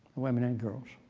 women and girls.